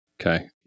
Okay